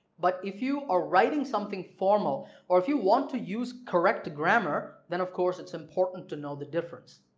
but if you are writing something formal or if you want to use correct grammar then of course it's important to know the difference.